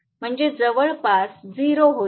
म्हणजे जवळपास 0 होईल